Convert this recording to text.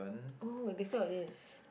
oh they still got this